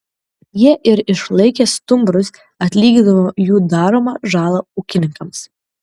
jie ir išlaikė stumbrus atlygindavo jų daromą žalą ūkininkams